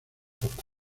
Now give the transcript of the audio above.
poco